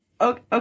okay